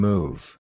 Move